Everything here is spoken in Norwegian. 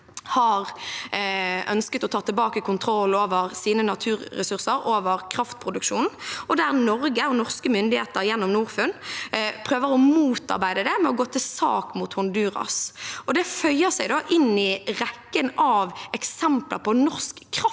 ønsket å ta tilbake kontroll over sine naturressurser, over kraftproduksjonen, og Norge og norske myndigheter, gjennom Norfund, prøver å motarbeide det med å gå til sak mot Honduras. Det føyer seg inn i rekken av eksempler på norsk kraftimperialisme.